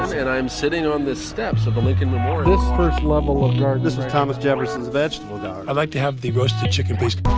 and i'm sitting on the steps of the lincoln memorial. first level of this is thomas jefferson's vegetable i'd like to have the roasted chicken. well